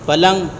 پلنگ